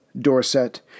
dorset